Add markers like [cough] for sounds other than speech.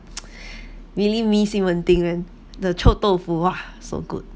[noise] really missed ximending the chou dou fu !wah! so good